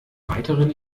weiteren